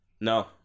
no